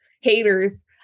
haters